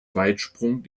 weitsprung